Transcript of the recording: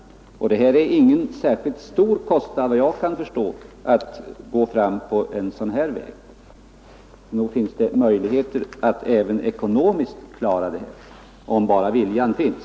Det blir vad jag kan förstå ingen särskilt stor kostnad om man går fram på den här vägen. Nog finns det möjligheter att klara det även ekonomiskt om bara viljan finns.